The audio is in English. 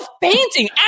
painting